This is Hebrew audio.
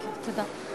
תודה.